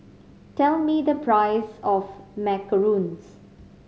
tell me the price of macarons